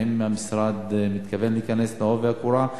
האם המשרד מתכוון להיכנס בעובי הקורה?